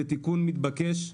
זה תיקון מתבקש.